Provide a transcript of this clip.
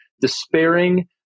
despairing